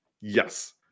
Yes